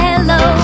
Hello